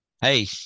Hey